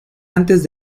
antes